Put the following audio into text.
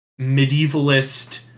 medievalist